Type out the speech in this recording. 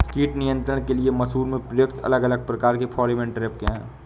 कीट नियंत्रण के लिए मसूर में प्रयुक्त अलग अलग प्रकार के फेरोमोन ट्रैप क्या है?